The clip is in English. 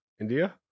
india